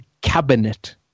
cabinet